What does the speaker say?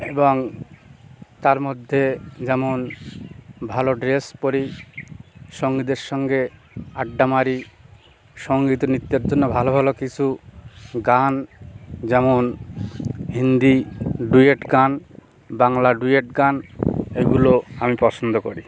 এবং তার মধ্যে যেমন ভালো ড্রেস পরি সঙ্গীদের সঙ্গে আড্ডা মারি সঙ্গীত ও নৃত্যের জন্য ভালো ভালো কিছু গান যেমন হিন্দি ডুয়েট গান বাংলা ডুয়েট গান এগুলো আমি পছন্দ করি